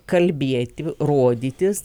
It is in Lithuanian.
kalbėti rodytis